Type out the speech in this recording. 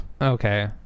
Okay